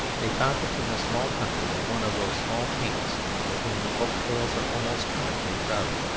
they found it in the small country of one of those small kings, with whom the folk-tales are almost comically crowded.